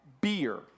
beer